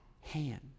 hand